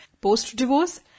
post-divorce